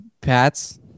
Pats